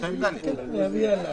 סעיף 2(ד).